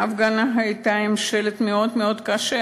ההפגנה הייתה עם שלט מאוד מאוד קשה,